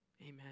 Amen